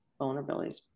vulnerabilities